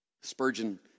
Spurgeon